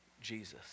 Jesus